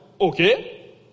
okay